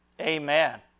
Amen